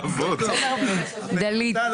אפרת שפרוט, מנכ"לית נטל,